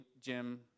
Jim